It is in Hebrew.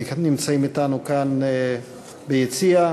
נמצאים אתנו כאן ביציע,